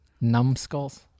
numbskulls